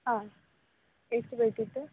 ಹಾಂ ಎಷ್ಟು ಬೇಕಿತ್ತು